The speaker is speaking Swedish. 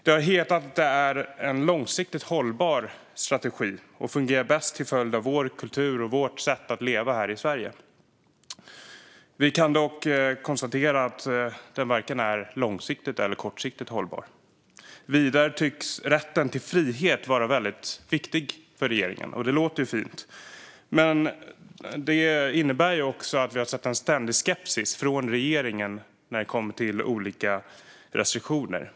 Det har hetat att det är en långsiktigt hållbar strategi som fungerar bäst till följd av vår kultur och vårt sätt att leva här i Sverige. Vi kan dock konstatera att den varken är långsiktigt eller kortsiktigt hållbar. Vidare tycks rätten till frihet vara väldigt viktig för regeringen. Det låter ju fint. Men det innebär också att vi har sett en ständig skepsis från regeringen när det kommer till olika restriktioner.